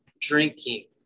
drinking